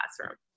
Classroom